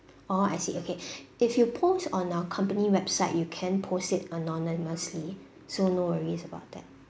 orh I see okay if you post on our company website you can post it anonymously so no worries about that